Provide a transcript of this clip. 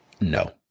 no